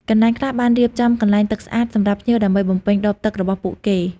កន្លែងខ្លះបានរៀបចំកន្លែងទឹកស្អាតសម្រាប់ភ្ញៀវដើម្បីបំពេញដបទឹករបស់ពួកគេ។